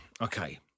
Okay